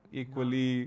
equally